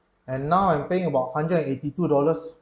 and now I'm paying about hundred and eighty two dollars